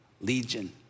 legion